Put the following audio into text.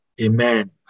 Amen